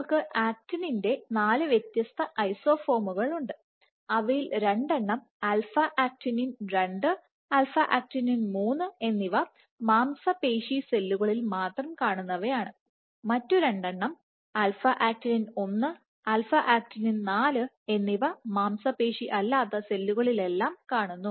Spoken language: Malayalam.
നിങ്ങൾക്ക് ആക്റ്റിനിന്റെ 4 വ്യത്യസ്ത ഐസോഫോമുകൾ ഉണ്ട് അവയിൽ രണ്ടെണ്ണം alpha actinin 2 α actinin 2 alpha actinin 3 α actinin 3എന്നിവ മാംസപേശി സെല്ലുകളിൽ മാത്രം കാണുന്നവയാണ് ആണ് മറ്റ് രണ്ടെണ്ണം alpha actinin 1 α actinin 1 alpha actinin 4 α actinin 4 എന്നിവ മാംസപേശി അല്ലാത്ത സെല്ലുകളിൽ എല്ലാം കാണുന്നു